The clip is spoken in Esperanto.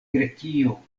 grekio